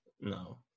No